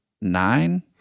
nine